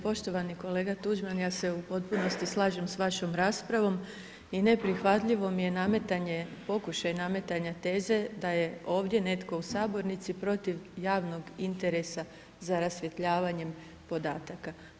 Poštovani kolega Tuđman, ja se u potpunosti slažem sa vašom raspravom i neprihvatljivo mi je nametanje, pokušaj nametanja teze da je ovdje netko u sabornici protiv javnog interesa za rasvjetljavanjem podataka.